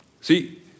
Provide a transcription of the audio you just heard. See